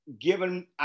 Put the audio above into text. given